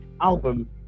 album